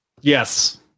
Yes